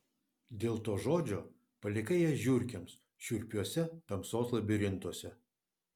dėl to žodžio palikai ją žiurkėms šiurpiuose tamsos labirintuose